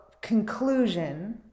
conclusion